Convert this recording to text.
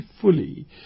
fully